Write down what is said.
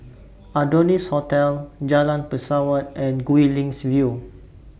Adonis Hotel Jalan Pesawat and Guilin's View